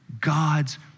God's